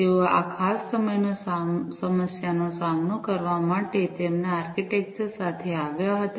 તેઓ આ ખાસ સમસ્યાનો સામનો કરવા માટે તેમના આર્કિટેક્ચર સાથે આવ્યા હતા